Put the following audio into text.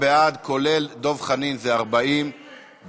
39 בעד, וכולל דב חנין זה 40 בעד.